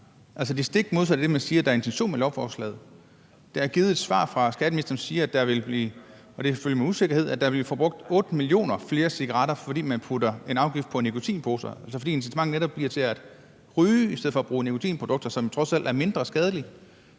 altså det stik modsatte af det, som man siger er intentionen med lovforslaget. Der er givet et svar fra skatteministeren, hvor han siger – og det er selvfølgelig med usikkerhed – at der vil blive forbrugt 8 millioner flere cigaretter, fordi man putter en afgift på nikotinposer, altså fordi der kommer et incitament til netop at ryge i stedet for bruge nikotinprodukter, som trods alt er mindre skadelige.